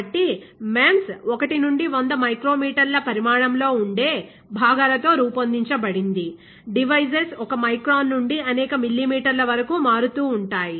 కాబట్టి MEMS 1 నుండి 100 మైక్రోమీటర్ల పరిమాణంలో ఉండే భాగాల తో రూపొందించబడింది డివైసెస్ ఒక మైక్రాన్ నుండి అనేక మిల్లీమీటర్ల వరకు మారుతూ ఉంటాయి